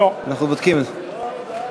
אנחנו בודקים את זה.